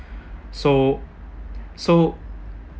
so so